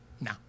No